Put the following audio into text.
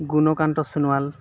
Gunakanta Sonowal